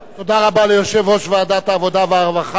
תודה רבה ליושב-ראש ועדת העבודה והרווחה.